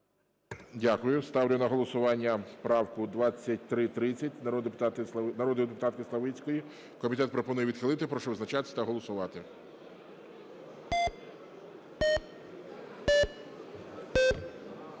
Дякую. Ставлю на голосування правку 2330 народної депутатки Славицької. Комітет пропонує – відхилити. Прошу визначатися та голосувати.